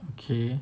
okay